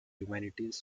humanities